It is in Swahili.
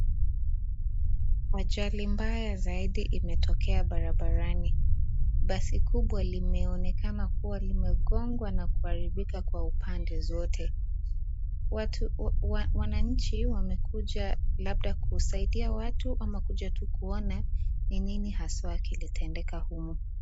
Ajali mbaya zaidi imetokea barabarani. Basi kubwa limeonekana kuwa limegongwa na kuharibika kwa upande zote. Wananchi wamekuja labda kusaidia watu ama kuja tu kuona ni nini haswa kilitendeka humu.